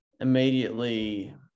immediately